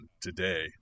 today